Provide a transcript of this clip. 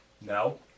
No